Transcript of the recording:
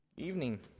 evening